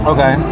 Okay